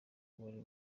wari